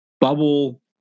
bubble